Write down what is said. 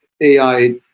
AI